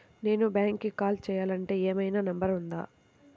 నేను బ్యాంక్కి కాల్ చేయాలంటే ఏమయినా నంబర్ ఉందా?